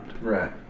Right